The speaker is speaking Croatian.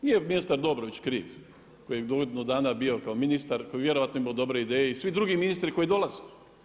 Nije ministar Dobrović kriv koji je godinu dana bio kao ministar koji je vjerojatno imao dobre ideje i svi drugi ministri koji dolaze.